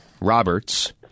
Roberts